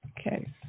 Okay